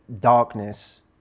darkness